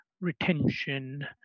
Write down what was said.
retention